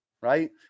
right